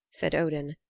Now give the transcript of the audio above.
said odin.